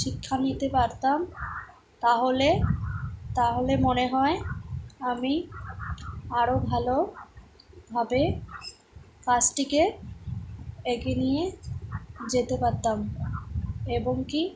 শিক্ষা নিতে পারতাম তাহলে তাহলে মনে হয় আমি আরও ভালোভাবে কাজটিকে এগিয়ে নিয়ে যেতে পারতাম এবং কি